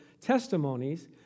testimonies